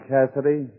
Cassidy